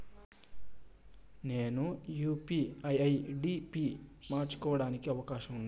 నేను UPI ID పి మార్చుకోవడానికి అవకాశం ఉందా?